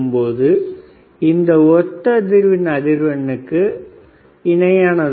மேலும் இது ஒத்த அதிர்வின் அதிர்வு எண்ணிற்கு இணையானது